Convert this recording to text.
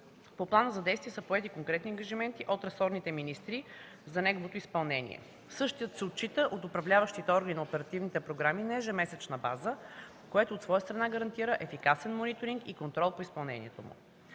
По плана за действие са поети конкретни ангажименти от ресорните министри за неговото изпълнение. Същият се отчита от управляващите органи на оперативните програми на ежемесечна база, което от своя страна гарантира ефикасен мониторинг и контрол при изпълнението му.